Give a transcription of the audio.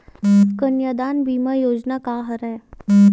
कन्यादान बीमा योजना का हरय?